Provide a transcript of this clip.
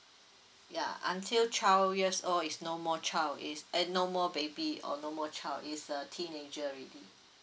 ya until twelve years old is no more child is uh no more baby or no more child it's a teenager already